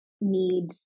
need